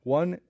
one